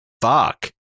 Fuck